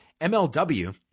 MLW